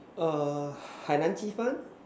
err 海南鸡饭